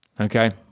Okay